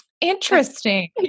Interesting